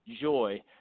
joy